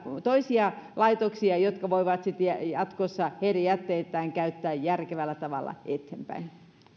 toisia laitoksia jotka voivat sitten jatkossa heidän jätteitään käyttää järkevällä tavalla eteenpäin